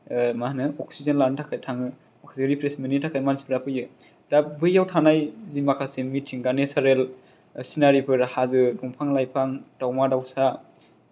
मा होनो अक्सिजेन लानो थाखाय थाङो माखासे रिफ्रेसमेन्टनि थाखाय मानसिफ्रा फैयो दा बैआव थानाय जे माखासे मिथिंगा नेसारेल सिनारिफोर हाजो दंफां लाइफां दावमा दावसा